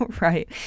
Right